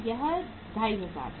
यह 2500 है